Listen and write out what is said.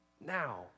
now